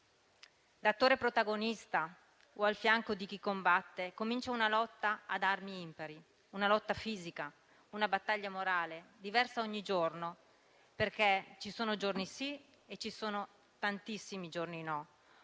L'attore protagonista o al fianco di chi combatte comincia una lotta ad armi impari, una lotta fisica, una battaglia morale, diversa ogni giorno, perché ci sono giorni "sì" e ci sono tantissimi giorni "no";